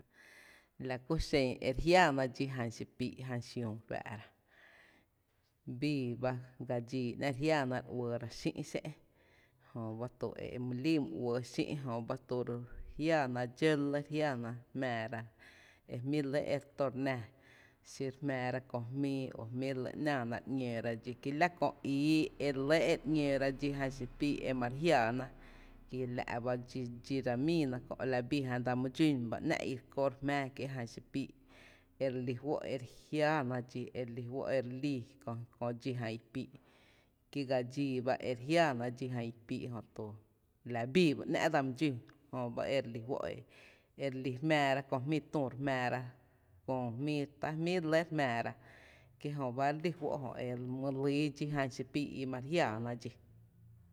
La kú xen ere jiaaná dxí jan xii’ píí’ i jan xiüü re fáá’ra, bii ba gaa dxíí, ‘ná’ re uɇɇ ra xï’ xé’n jöba tu e e my líí my uɇɇ xï’ jöba tu re jiaaná dxǿ lɇ re jiáána e jmí’ re lɇ e re tó ere nⱥⱥ xí re jmⱥⱥra kö jmíí o jmí re lɇ re jiááná kí lá kö ii e re lɇ e re ‘ñóóra dxí jan xipíí’ e ma re jiááná kie la’ ba dxíra mííná kö’ kí jan dsa mý dxún ba i ‘ná’ i re kó’ re jmⱥá kié’ xipíi’ ere lí fó’ ere jiáána dxí, ere lí fó’ ere lii kö dxí jan i píí’ kí gaa dxíí ba ere jiááná dxí jan i píí’ jötu la bii ba ‘ná’ dsa my dxún jöba ere lí fó’ ere jmⱥⱥra kö jmíi tü re jmⱥⱥra, kö jmíí ta jmí’ re lɇ re jmⱥⱥra, kí jö ba re lí fó’ jö e my lýý dxí jan xi píí’ i mare jiááná dxí.